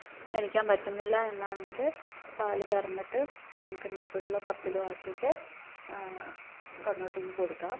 എണീക്കാൻ പറ്റുന്നില്ലെ എന്നാണെങ്കില് പാല് കറന്നിട്ട് നമുക്ക് നിപ്പിളിലോ കപ്പിലോ ആക്കീട്ട് കന്നുകുട്ടിക്ക് കൊടുക്കാം